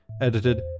edited